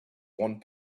one